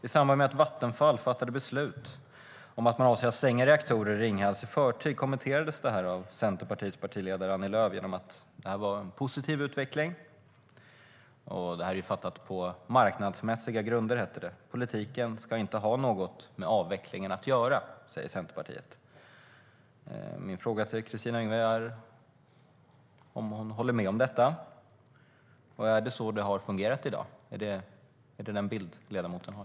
I samband med att Vattenfall fattade beslut om att stänga reaktorer i Ringhals i förtid sa Centerpartiets partiledare Annie Lööf att det är en positiv utveckling och att beslutet är fattat på marknadsmässiga grunder. Politiken ska inte ha något med avvecklingen att göra, säger Centerpartiet. Håller Kristina Yngwe med om detta? Är det så det har fungerat i dag? Är det den bild ledamoten har?